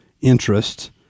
interest